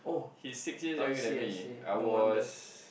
he six years younger than me I was